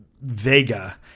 Vega